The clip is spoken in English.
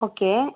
okay